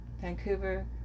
Vancouver